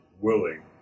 willing